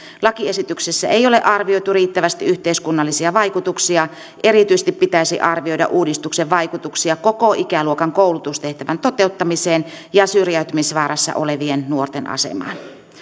lakiesityksessä ei ole arvioitu riittävästi yhteiskunnallisia vaikutuksia ja erityisesti pitäisi arvioida uudistuksen vaikutuksia koko ikäluokan koulutustehtävän toteuttamiseen ja syrjäytymisvaarassa olevien nuorten asemaan